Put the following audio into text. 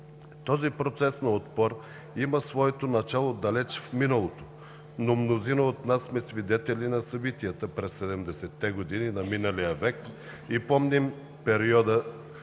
Този процес на отпор има своето начало далеч в миналото, но мнозина от нас сме свидетели на събитията през 70 те години на миналия век и помним периода